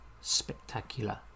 spectacular